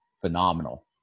phenomenal